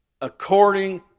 according